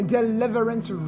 Deliverance